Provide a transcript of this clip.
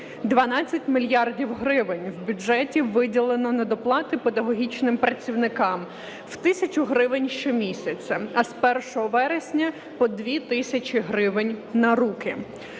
12 мільярдів гривень в бюджеті виділено на доплати педагогічним працівникам, в тисячу гривень щомісяця, а з 1 вересня – по дві тисячі гривень на руки.